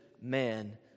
man